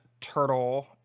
Turtle